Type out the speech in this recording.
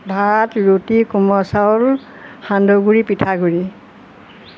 ভাত ৰুটি কোমল চাউল সান্দহগুড়ি পিঠাগুড়ি